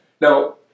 Now